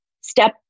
step